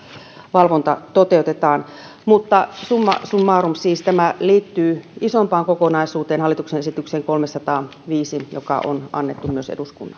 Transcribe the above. valvonta toteutetaan mutta summa summarum tämä siis liittyy isompaan kokonaisuuteen hallituksen esitykseen kolmesataaviisi joka on myös